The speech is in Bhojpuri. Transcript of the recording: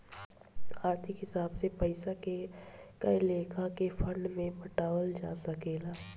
आर्थिक हिसाब से पइसा के कए लेखा के फंड में बांटल जा सकेला